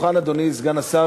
תלמד, תלמד מה עשה,